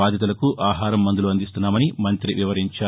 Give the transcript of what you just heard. బాధితులకు ఆహారం మందులు అందిస్తున్నామని మంత్రి వివరించారు